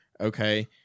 okay